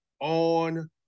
on